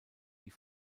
die